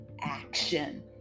action